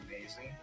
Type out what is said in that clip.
amazing